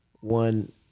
one